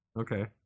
Okay